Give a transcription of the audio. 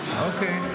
אוקיי.